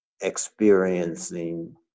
experiencing